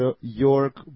York